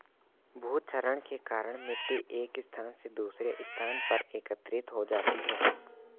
भूक्षरण के कारण मिटटी एक स्थान से दूसरे स्थान पर एकत्रित हो जाती है